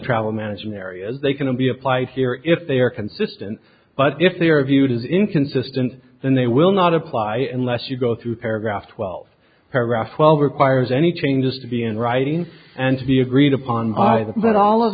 travel management areas they can be applied here if they are consistent but if they are viewed as inconsistent then they will not apply and lest you go through paragraph twelve paragraph twelve requires any changes to be in writing and to be agreed upon by them but all of